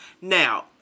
Now